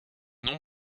moins